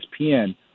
ESPN